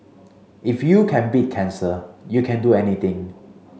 if you can beat cancer you can do anything